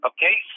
Okay